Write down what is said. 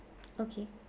okay